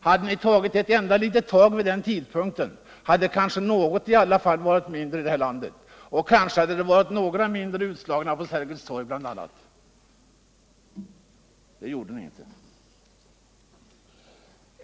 Hade ni tagit ett enda litet tag vid den tidpunkten, hade det kanske varit ett mindre missbruk i detta land och några färre utslagna på bl.a. Sergels torg. Det gjorde ni inte.